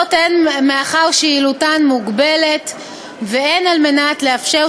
הן מאחר שיעילותן מוגבלת והן על מנת לאפשר